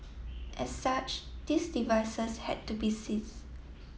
as such these devices had to be seize